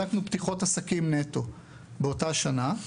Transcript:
בדקנו פיתוח עסקים נטו באותה השנה,